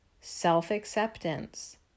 self-acceptance